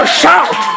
shout